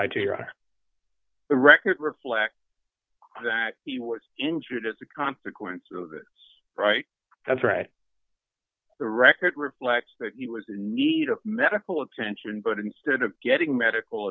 d to are on the record reflect that he was injured as a consequence of that's right that's right the record reflects that he was in need of medical attention but instead of getting medical